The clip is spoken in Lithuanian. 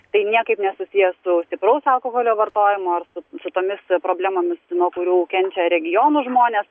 tai niekaip nesusiję su stipraus alkoholio vartojimu ar su su tomis problemomis nuo kurių kenčia regionų žmonės